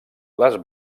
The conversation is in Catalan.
les